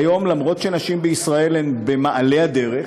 כיום, למרות שנשים בישראל הן במעלה הדרך,